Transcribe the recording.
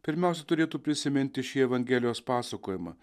pirmiausia turėtų prisiminti šį evangelijos pasakojimą